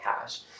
cash